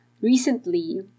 recently